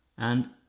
and